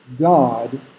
God